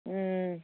হুম